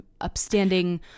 upstanding